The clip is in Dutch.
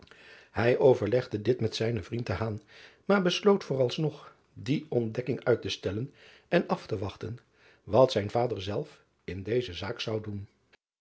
ij overlegde dit met zijnen vriend maar besloot voor als nog die ontdekking uit te stellen en af te wachten wat zijn vader zelf in deze zaak zou doen